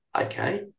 okay